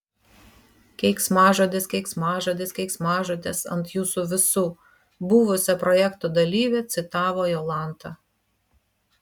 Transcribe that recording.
keiksmažodis keiksmažodis keiksmažodis ant jūsų visų buvusią projekto dalyvę citavo jolanta